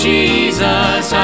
Jesus